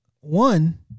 One